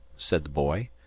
said the boy.